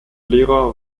lehrer